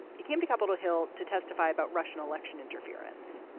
he came to capitol hill to testify about russian election interference.